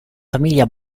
famiglia